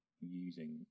using